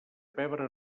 pebre